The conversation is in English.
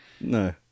No